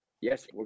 Yes